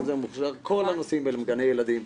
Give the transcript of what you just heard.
כל הנושאים בגני הילדים,